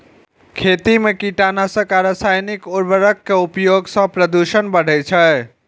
खेती मे कीटनाशक आ रासायनिक उर्वरक के उपयोग सं प्रदूषण बढ़ै छै